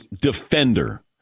defender